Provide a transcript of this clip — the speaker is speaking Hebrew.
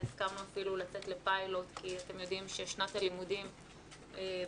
והסכמנו אפילו לצאת לפיילוט כי אתם יודעים ששנת הלימודים באחד